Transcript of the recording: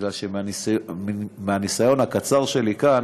בגלל שמהניסיון הקצר שלי כאן,